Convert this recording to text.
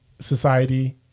society